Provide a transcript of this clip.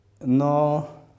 No